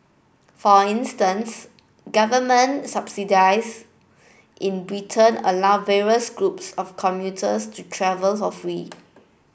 for instance government subsidies in Britain allow various groups of commuters to travel for free